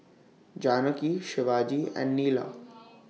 Janaki Shivaji and Neila